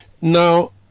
Now